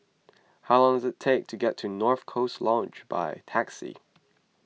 how long does it take to get to North Coast Lodge by taxi